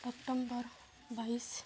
October ᱵᱟᱹᱭᱤᱥ